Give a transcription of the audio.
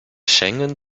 schengen